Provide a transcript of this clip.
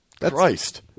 Christ